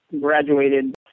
graduated